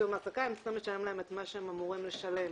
בסיום ההעסקה הם צריכים לשלם להם את מה שהם אמורים לשלם